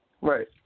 Right